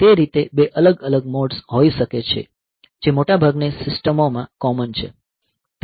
તે રીતે બે અલગ અલગ મોડ્સ હોઈ શકે છે જે મોટાભાગની સિસ્ટમોમાં કોમન છે